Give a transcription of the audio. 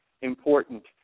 important